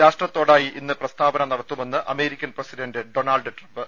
രാഷ്ട്രത്തോടായി ഇന്ന് പ്രസ്താ വന നടത്തുമെന്ന് അമേരിക്കൻ പ്രസിഡന്റ് ഡൊണാൾഡ് ട്രംപ്